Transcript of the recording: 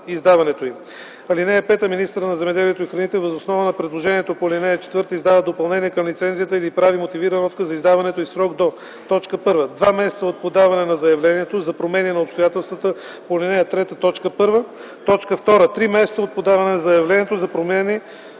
издаването й. (5) Министърът на земеделието и храните въз основа на предложението по ал. 4 издава допълнение към лицензията или прави мотивиран отказ за издаването й в срок до: 1. два месеца от подаване на заявлението - за промени на обстоятелствата по ал. 3, т. 1; 2. три месеца от подаване на заявлението - за промени